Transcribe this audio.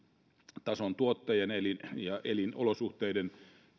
elintason tuottajana ja elinolosuhteiden